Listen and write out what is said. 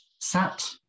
sat